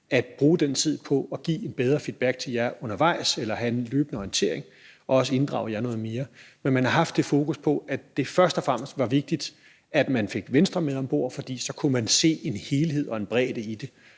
at bruge den tid på at give en bedre feedback til jer undervejs eller en løbende orientering og også inddrage jer noget mere. Men man har haft det fokus, at det først og fremmest var vigtigt, at man fik Venstre med om bord, for så kunne man se en helhed og en bredde i det,